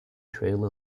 trail